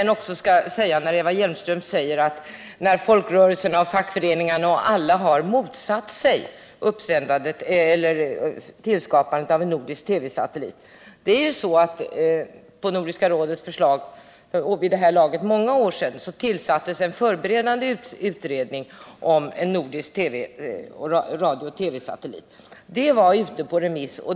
Nordiska minister Eva Hjelmström påstod att folkrörelserna, fackföreningarna och andra — rådets kulturbudget organisationer har motsatt sig tillskapandet av en nordisk TV-satellit. På Nordiska rådets förslag tillsattes — vid detta laget för många år sedan — en förberedande utredning om en nordisk radiooch TV-satellit. Utredningens förslag har varit ute på remiss.